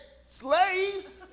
slaves